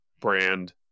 brand